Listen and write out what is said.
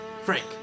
Frank